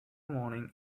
morning